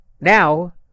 Now